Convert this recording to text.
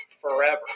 forever